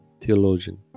theologian